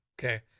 Okay